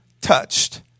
touched